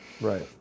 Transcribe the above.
Right